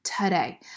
Today